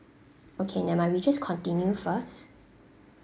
okay never mind we just continue first